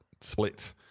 split